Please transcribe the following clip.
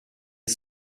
est